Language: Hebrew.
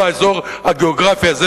באזור הגיאוגרפי הזה,